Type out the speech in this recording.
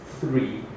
three